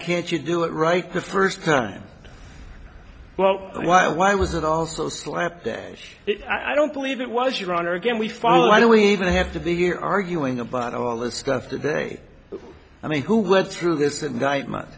can't you do it right the first time well why why was it also slapdash i don't believe it was your honor again we follow why do we even have to be here arguing about all this stuff today i mean who went through this indictment